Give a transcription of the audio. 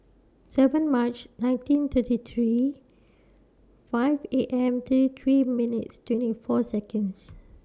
seven March nineteen thirty three five A M thirty three minutes twenty four Seconds